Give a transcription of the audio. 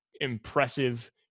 impressive